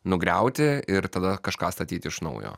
nugriauti ir tada kažką statyti iš naujo